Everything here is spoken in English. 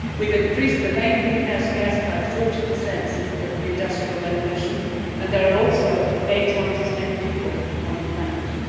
we've increased the main greenhouse gas by forty percent since the industrial revolution and there are also eight times as many people on the planet.